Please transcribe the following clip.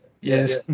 Yes